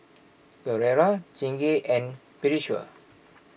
Gilera Chingay and Pediasure